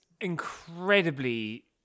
incredibly